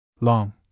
Long